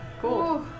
Cool